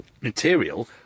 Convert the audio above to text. material